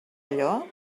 allò